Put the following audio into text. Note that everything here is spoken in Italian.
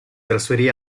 trasferì